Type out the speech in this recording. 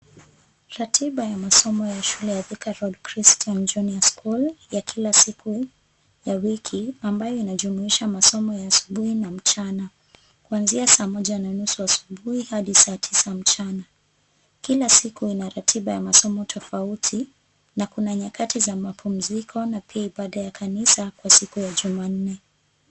Ratiba ya masomo ya shule ya Thika Road Christian Junior School ya kila siku ya wiki ambayo inajumuisha masomo ya asubuhi na mchana, kuanzia saa moja na nusu asubuhi hadi saa tisa mchana. Kila siku ina ratiba ya masomo tofauti, na kuna nyakati za mapumziko na pia ibada ya kanisa kwa siku ya Jumanne.